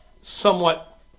somewhat